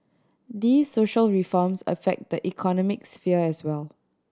these social reforms affect the economic sphere as well